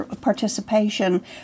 participation